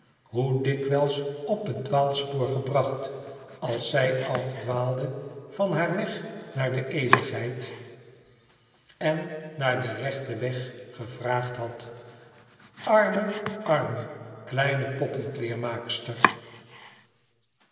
hoe dikwijls op het dwaalspoor gebracht als zij afdwaalde van haar weg naar de eeuwigheid en naarden rechten weg gevraagd had arme arme kleine